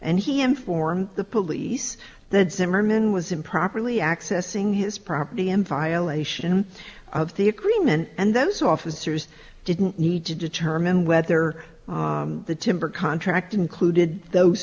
and he informed the police that zimmerman was improperly accessing his property in violation of the agreement and those officers didn't need to determine whether the timber contract included those